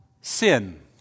sin